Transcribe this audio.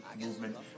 movement